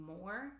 more